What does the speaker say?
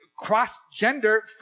cross-gender